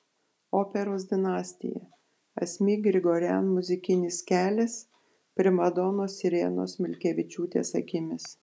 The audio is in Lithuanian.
operos dinastija asmik grigorian muzikinis kelias primadonos irenos milkevičiūtės akimis